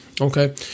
okay